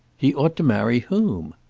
he ought to marry whom?